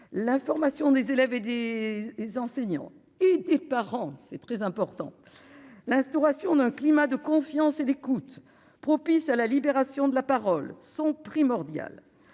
l'information des élèves et des enseignants et des parents, c'est très important, l'instauration d'un climat de confiance et d'écoute, propice à la libération de la parole sont primordiales,